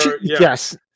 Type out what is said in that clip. Yes